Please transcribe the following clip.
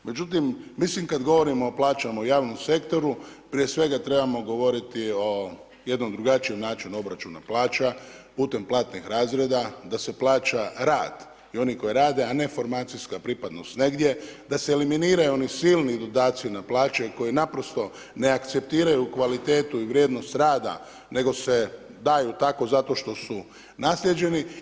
Međutim, mislim kad govorimo o plaćama u javnom sektoru prije svega trebamo govoriti o jednom drugačijem načinu obračuna plaća putem platnih razreda, da se plaća rad i oni koji rade a ne formacijska pripadnost negdje, da se eliminiraju oni silni dodaci na plaće koji naprosto ne akceptiraju kvalitetu i vrijednost rada nego se daju tako zato što su naslijeđeni.